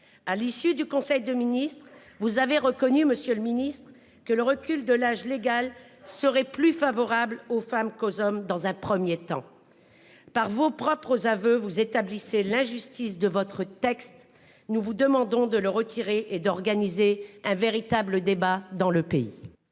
à l'issue du conseil de ministres. Vous avez reconnu Monsieur le Ministre, que le recul de l'âge légal. Serait plus favorable aux femmes qu'aux hommes dans un 1er temps. Par vos propres aveux, vous établissez l'injustice de votre texte. Nous vous demandons de le retirer et d'organiser un véritable débat dans le pays.